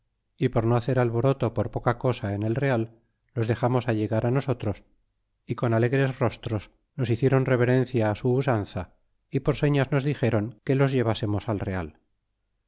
y por no hacer alboroto por poca cosa en el real los dexamos allegar nosotros y con alegres rostros nos hicieron reverencia fi su usanza y por señas nos dixéron que los llevásemos al real